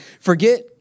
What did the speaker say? forget